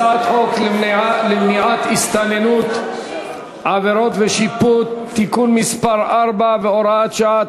הצעת חוק למניעת הסתננות (עבירות ושיפוט) (תיקון מס' 4 והוראת שעה),